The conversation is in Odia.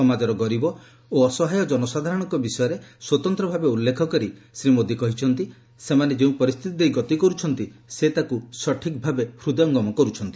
ସମାଜର ଗରିବ ଓ ଅସହାୟ ଜନସାଧାରଣଙ୍କ ବିଷୟରେ ସ୍ୱତନ୍ତ୍ର ଭାବେ ଉଲ୍ଲେଖ କରି ଶ୍ରୀ ମୋଦି କହିଛନ୍ତି ସେମାନେ ଯେଉଁ ପରିସ୍ଥିତି ଦେଇ ଗତି କରୁଛନ୍ତି ସେ ତାକୁ ସଠିକ୍ ଭାବେ ହୃଦୟଙ୍ଗମ କରୁଛନ୍ତି